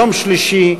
יום שלישי,